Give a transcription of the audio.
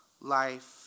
life